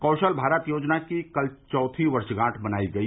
कौशल भारत योजना की कल चौथी वर्षगांठ मनाई गई